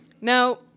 Now